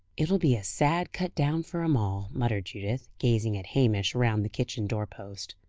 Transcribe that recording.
it'll be a sad cut-down for em all, muttered judith, gazing at hamish round the kitchen door-post.